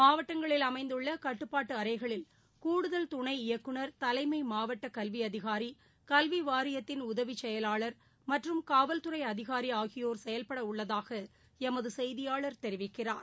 மாவட்டங்களில் அமைந்துள்ள கட்டுப்பாட்டு அறைகளில் கூடுதல் துணை இயக்குநர் தலைமை மாவட்ட கல்வி அதிகாரி கல்வி வாரியத்தின் உதவி செயலாளர் மற்றும் காவல்துறை அதிகாரி ஆகியோர் செயல்பட உள்ளதாக எமது செய்தியாளர் கூறுகிறார்